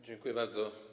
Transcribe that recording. Dziękuję bardzo.